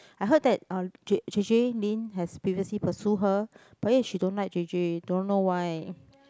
I heard that uh j J_J-Lin has previously pursue her but yet she don't like j_j don't know why